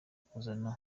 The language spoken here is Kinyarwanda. kuzana